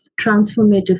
transformative